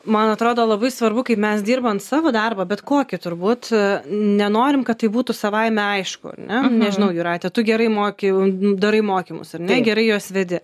man atrodo labai svarbu kaip mes dirbant savo darbą bet kokį turbūt nenorim kad tai būtų savaime aišku ar ne nežinau jūrate tu gerai moki darai mokymus ar ne gerai juos vedi